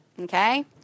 Okay